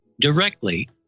directly